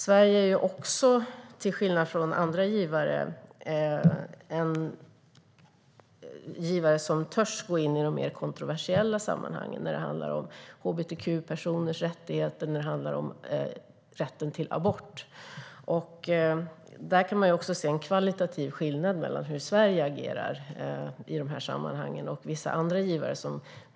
Sverige är också, till skillnad från andra givare, en givare som törs gå in i de mer kontroversiella sammanhangen när det handlar om hbtq-personers rättigheter och när det handlar om rätten till abort. Där kan man se en kvalitativ skillnad mellan hur Sverige och hur vissa andra givare agerar i dessa sammanhang.